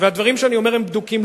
והדברים שאני אומר הם בדוקים,